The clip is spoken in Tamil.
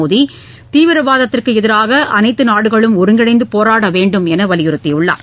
மோடிதீவிரவாதத்திற்கு எதிராக அனைத்து நாடுகளும் ஒருங்கிணைந்து போராட வேண்டும் என வலியுறுத்தியுள்ளார்